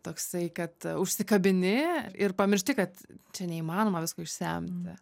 toksai kad užsikabini ir pamiršti kad čia neįmanoma visko išsemti